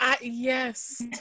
Yes